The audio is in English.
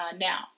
Now